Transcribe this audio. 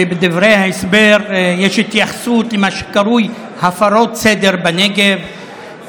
ובדברי ההסבר יש התייחסות למה שקרוי "הפרות סדר בנגב",